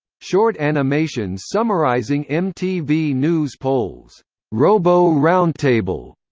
short animations summarizing mtv news polls robo-roundtable,